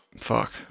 Fuck